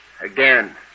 Again